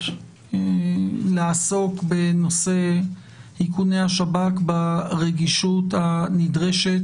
לעסוק בנושא איכוני השב"כ ברגישות הנדרשת.